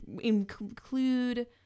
include